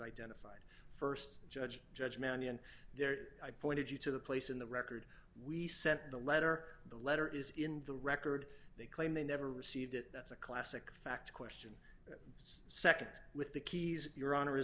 identified st judge judge mannion there i pointed you to the place in the record we sent the letter the letter is in the record they claim they never received it that's a classic fact questions nd with the keys your honor is